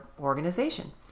organization